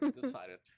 Decided